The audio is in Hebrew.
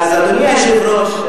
אדוני היושב-ראש,